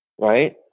right